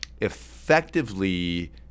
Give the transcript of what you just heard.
effectively